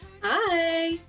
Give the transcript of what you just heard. hi